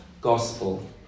gospel